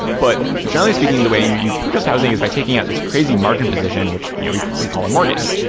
but generally speaking, the way you you purchase housing is by taking out his crazy margin position, which you know we we call a mortgage.